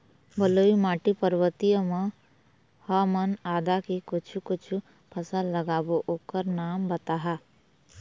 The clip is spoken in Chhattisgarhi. बलुई माटी पर्वतीय म ह हमन आदा के कुछू कछु फसल लगाबो ओकर नाम बताहा?